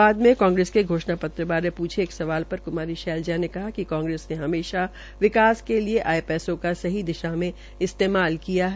बाद में कांग्रेस के घोषणा पत्र बारे पूदे एक सवाल पर क्मारी शैजला ने कहा कि कांग्रेस ने हमेशा विकास के लिये आये पैसों का सही दिशा में इसतेमाल किया है